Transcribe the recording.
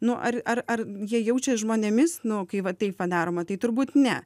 nu ar ar jie jaučias žmonėmis nu kai va taip va daroma tai turbūt ne